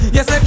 Yes